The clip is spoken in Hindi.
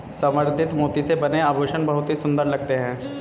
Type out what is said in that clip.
संवर्धित मोती से बने आभूषण बहुत ही सुंदर लगते हैं